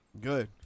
Good